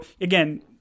again